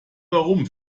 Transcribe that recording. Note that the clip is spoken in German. warum